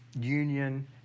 Union